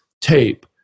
tape